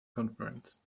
conference